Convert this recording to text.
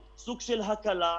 סוג של הקלה,